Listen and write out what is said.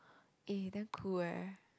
eh damn cool eh